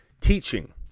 teaching